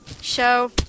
Show